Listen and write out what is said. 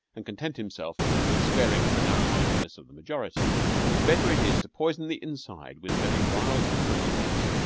and content himself with swearing at the narrow-mindedness of the majority better it is to poison the inside with very vile temperance drinks,